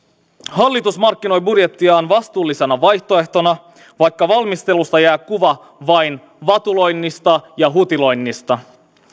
hallitus markkinoi budjettiaan vastuullisena vaihtoehtona vaikka valmistelusta jää kuva vain vatuloinnista ja hutiloinnista